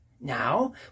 Now